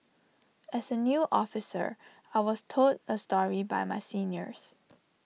as A new officer I was told A story by my seniors